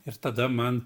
ir tada man